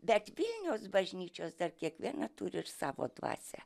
bet vilniaus bažnyčios dar kiekviena turi ir savo dvasią